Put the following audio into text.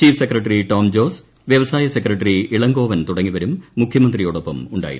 chief secretary Tom അദ്ദേഹം ജോസ് വ്യവസായ secretary Elangovan തുടങ്ങിയവരും മുഖ്യമന്ത്രിയോടൊപ്പം ഉണ്ടായിരുന്നു